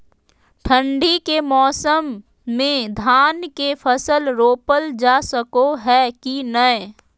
ठंडी के मौसम में धान के फसल रोपल जा सको है कि नय?